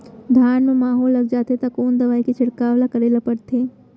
धान म माहो लग जाथे त कोन दवई के छिड़काव ल करे ल पड़थे?